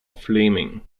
fleming